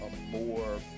more